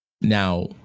Now